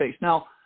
Now